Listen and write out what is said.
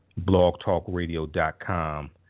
blogtalkradio.com